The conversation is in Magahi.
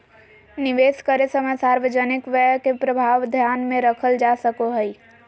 निवेश करे समय सार्वजनिक व्यय के प्रभाव ध्यान में रखल जा सको हइ